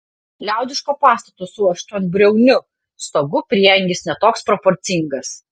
liaudiško pastato su aštuonbriauniu stogu prieangis ne toks proporcingas